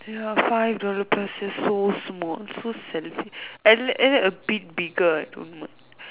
they were five dollar plus just so small so selfish I like a bit bigger